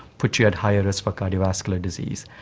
put you at higher risk for cardiovascular disease?